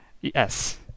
Yes